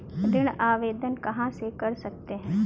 ऋण आवेदन कहां से कर सकते हैं?